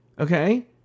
okay